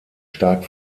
stark